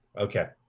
okay